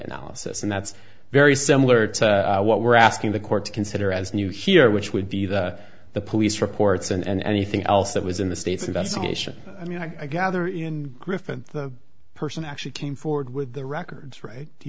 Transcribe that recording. analysis and that's very similar to what we're asking the court to consider as new here which would be the the police reports and anything else that was in the state's investigation i mean i gather in griffin the person actually came forward with the records right he